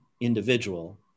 individual